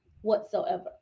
whatsoever